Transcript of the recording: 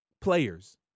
players